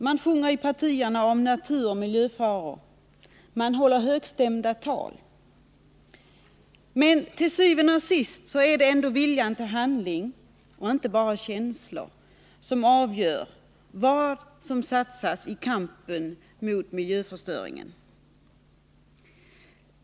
Man sjunger i partierna om natur och om miljöfaror, man håller högstämda tal, men til syvende og sidst är det ändå viljan till handling, och inte bara känslor, som avgör vad som satsas i kampen mot miljöförstöringen.